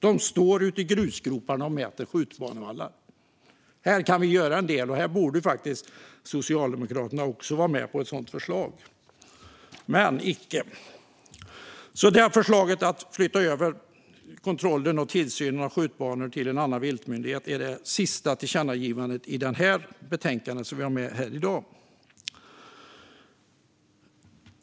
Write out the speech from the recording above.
De står ute i grusgroparna och mäter skjutbanevallar. Här kan vi göra en del, och här borde faktiskt Socialdemokraterna också vara med på ett sådant förslag - men icke. Förslaget att flytta över kontrollen och tillsynen av skjutbanor till en annan myndighet är det sista tillkännagivande som föreslås i dagens betänkande.